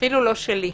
אפילו לא שלי,